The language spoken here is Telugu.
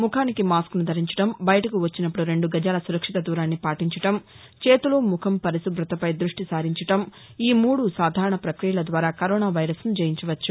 ముఖానికి మాస్కును ధరించడం బయటకు వచ్చినప్పుడు రెండు గజాల సురక్షిత దూరాన్ని పాటించడం చేతులు ముఖం పరిశుభతపై దృష్టి సారించడంఈ మూడు సాధారణ ప్రక్రియల ద్వారా కరోనా వైరస్ను జయించవచ్చు